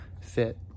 fit